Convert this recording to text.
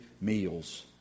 meals